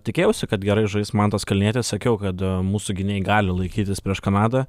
tikėjausi kad gerai žais mantas kalnietis sakiau kada mūsų gynėjai gali laikytis prieš kanadą